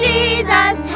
Jesus